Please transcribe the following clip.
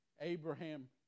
Abraham